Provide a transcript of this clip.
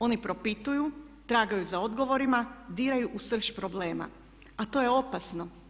Oni propituju, tragaju za odgovorima, diraju u srž problema, a to je opasno.